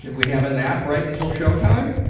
and we have a nap right until show time?